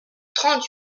trente